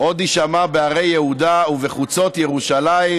"עוד יישמע בערי יהודה ובחוצות ירושלים,